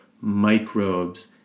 microbes